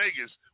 Vegas